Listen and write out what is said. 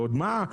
ועוד מה,